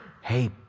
Hey